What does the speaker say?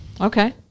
Okay